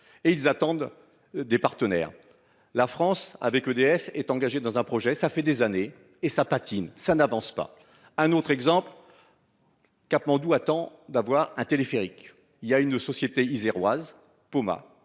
et ils attendent des partenaires. La France avec EDF est engagé dans un projet, ça fait des années et ça patine, ça n'avance pas. Un autre exemple. Katmandou attends d'avoir un téléphérique. Il y a une société iséroise Poma